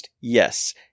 yes